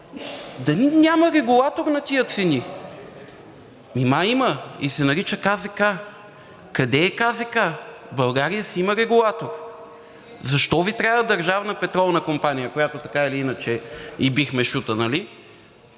дали няма регулатор на тези цени? Ами да, има и се нарича КЗК. Къде е КЗК? България си има регулатор. Защо Ви трябва Държавна петролна компания, на която така или иначе ѝ бихме шута?